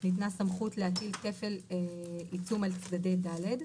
ניתנה סמכות להטיל כפל עיצום על צדדי (ד).